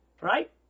Right